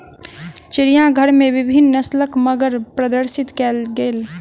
चिड़ियाघर में विभिन्न नस्लक मगर प्रदर्शित कयल गेल